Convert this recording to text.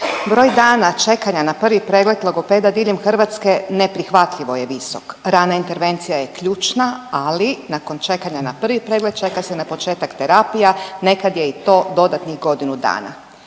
Broj dana čekanja na prvi pregled logopeda diljem Hrvatske neprihvatljivo je visok. Rana intervencija je ključna, ali nakon čekanja na prvi pregled, čeka se na početak terapija. Nekad je i to dodatnih godinu dana.